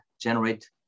generate